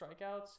strikeouts